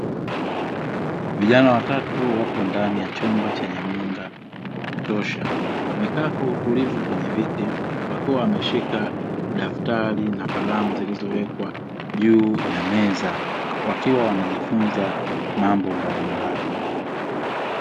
Vijana watatu wako ndani ya chumba chenye mwanga wa kutosha, wamekaa kwa utulivu kwenye viti wakiwa wameshika daftari na kalamu zilizowekwa juu ya meza, wakiwa wanajifunza mambo mbalimbali.